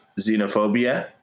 xenophobia